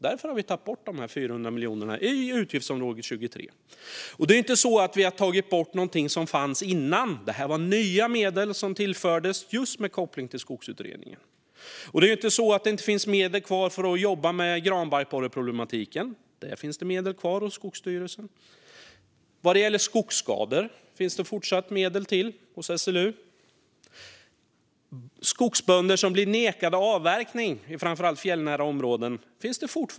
Därför har vi tagit bort de 400 miljonerna i utgiftsområde 23. Vi har inte tagit bort någonting som fanns innan. Detta var nya medel som tillfördes just med koppling till Skogsutredningen. Och det är inte så att det inte finns medel kvar för att jobba med granbarkborreproblematiken. Det finns medel kvar för det hos Skogsstyrelsen. Det finns fortfarande medel för skogsskador hos SLU. Det finns fortfarande kvar 410 miljoner kronor till skogsbönder som blir nekade avverkning i framför allt fjällnära områden.